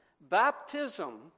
Baptism